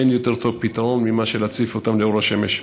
אין יותר טוב לפתרון מלהציף אותן באור השמש.